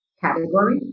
category